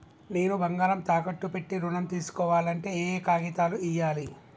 నేను బంగారం తాకట్టు పెట్టి ఋణం తీస్కోవాలంటే ఏయే కాగితాలు ఇయ్యాలి?